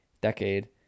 decade